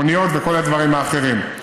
מוניות וכל הדברים האחרים.